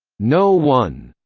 no one.